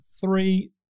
three